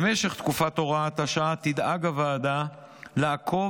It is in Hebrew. במשך תקופת הוראת השעה תדאג הוועדה לעקוב